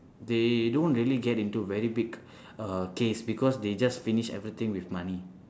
they don't really get into very big uh case because they just finish everything with money